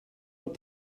but